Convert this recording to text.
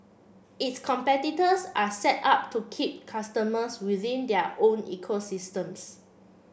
its competitors are set up to keep customers within their own ecosystems